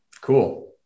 Cool